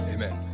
Amen